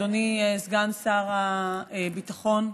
אדוני סגן שר הביטחון.